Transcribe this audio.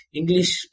English